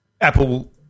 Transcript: Apple